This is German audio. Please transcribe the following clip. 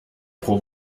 pro